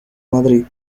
madrid